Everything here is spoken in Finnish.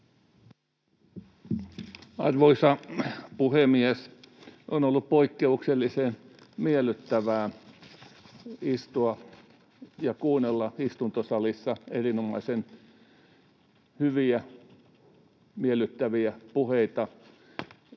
Arvoisa puhemies! On ollut poikkeuksellisen miellyttävää istua ja kuunnella istuntosalissa erinomaisen hyviä, miellyttäviä puheita.